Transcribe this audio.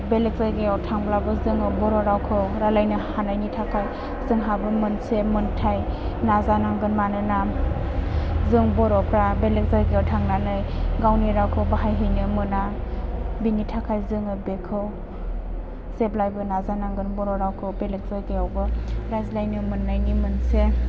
बेलेग जायगायाव थांब्लाबो जोङो बर' रावखौ रायज्लायनो हानायनि थाखाय जोंहाबो मोनसे मोनथाय नाजानांगोन मानोना जों बर'फ्रा बेलेग जायगायाव थांनानै गावनि रावखौ बाहाय हैनो मोना बिनि थाखाय जोङो बेखौ जेब्लायबो नाजा नांगोन बर' रावखौ बेलेग जायगायावबो रायज्लायनो मोननायनि मोनसे